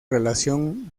relación